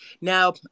Now